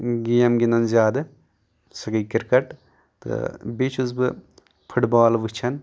game گنٛدن زیادٕ سۄ گٔے کِرکَٹ بیٚیہِ چھُس بہٕ فُٹ بال وٕچھان